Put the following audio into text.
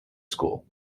school